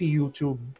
YouTube